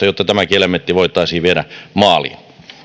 jotta tämäkin elementti voitaisiin viedä maaliin